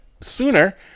sooner